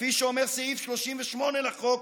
כפי שאומר סעיף 38 לחוק,